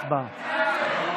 הצבעה.